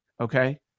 Okay